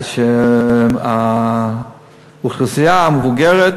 שהאוכלוסייה המבוגרת,